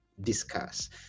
discuss